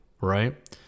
right